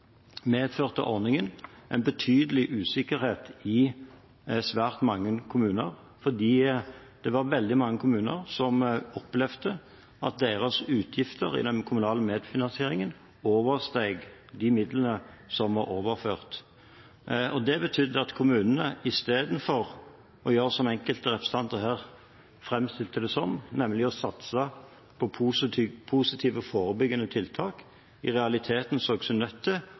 medførte ordningen en betydelig usikkerhet i svært mange kommuner fordi det var veldig mange kommuner som opplevde at deres utgifter i den kommunale medfinansieringen oversteg de midlene som var overført. Det betydde at kommunene istedenfor å gjøre som enkelte representanter her framstiller det som, nemlig å satse på positive og forebyggende tiltak, i realiteten så seg nødt til å kutte i sine helse- og